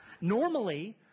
Normally